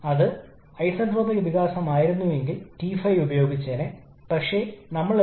അതിനാൽ ഐസന്റ്രോപിക് കാര്യക്ഷമതയുടെ നിർവചനം ഉപയോഗിച്ച് അത് പരിഹരിക്കാൻ ശ്രമിക്കാം